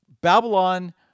Babylon